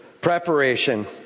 preparation